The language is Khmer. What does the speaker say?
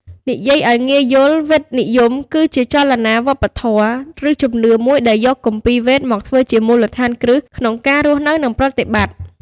និយាយឱ្យងាយយល់ វេទនិយមគឺជាចលនាវប្បធម៌ ឬជំនឿមួយដែលយក គម្ពីរវេទ មកធ្វើជាមូលដ្ឋានគ្រឹះក្នុងការរស់នៅ និងប្រតិបត្តិ។